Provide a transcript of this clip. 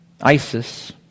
ISIS